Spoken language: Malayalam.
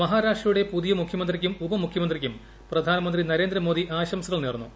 മഹാരാഷ്ട്രയുടെ പുതിയ മുഖ്യമന്ത്രിക്കും ഉപമുഖ്യമന്ത്രിക്കും പ്രധാനമന്ത്രി നരേന്ദ്രമോദി ആശംസകൾ നേർന്നു